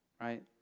Right